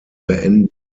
beenden